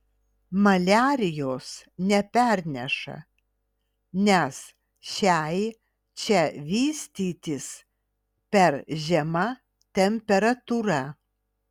maliarijos neperneša nes šiai čia vystytis per žema temperatūra